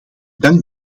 dank